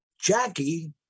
Jackie